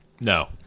No